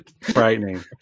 Frightening